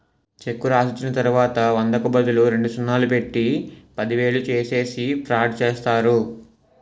చెక్కు రాసిచ్చిన తర్వాత వందకు బదులు రెండు సున్నాలు పెట్టి పదివేలు చేసేసి ఫ్రాడ్ చేస్తారు